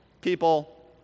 People